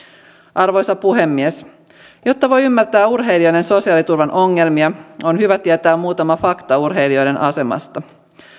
arvoisa puhemies jotta voi ymmärtää urheilijan sosiaaliturvan ongelmia on hyvä tietää muutama fakta urheilijoiden asemasta